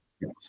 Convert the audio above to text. Yes